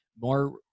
more